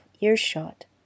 earshot